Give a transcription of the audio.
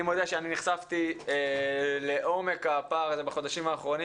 אני מודה שאני נחשפתי לעומק הפער הזה בחודשים האחרונים